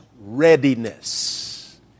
readiness